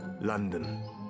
London